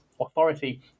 authority